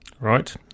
Right